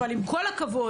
אבל עם כל הכבוד,